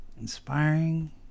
Inspiring